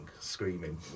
screaming